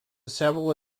several